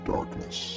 Darkness